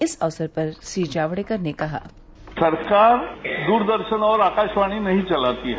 इस अवसर पर श्री जावड़ेकर ने कहा सरकार दूरदर्शन और आकाशवाणी नहीं चलाती है